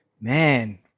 man